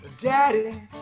Daddy